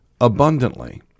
abundantly